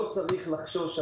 לא צריך לחשוש.